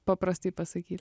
paprastai pasakyt